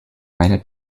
eine